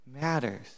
matters